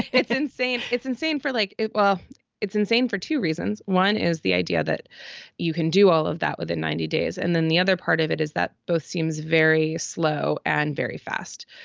it's insane. it's insane for like it. it's insane for two reasons. one is. the idea that you can do all of that within ninety days and then the other part of it is that both seems very slow and very fast.